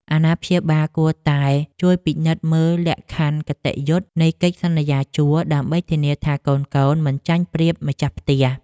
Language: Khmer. អាណាព្យាបាលគួរតែជួយពិនិត្យមើលលក្ខខណ្ឌគតិយុត្តនៃកិច្ចសន្យាជួល ដើម្បីធានាថាកូនៗមិនចាញ់ប្រៀបម្ចាស់ផ្ទះ។